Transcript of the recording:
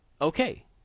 Okay